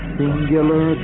singular